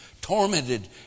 tormented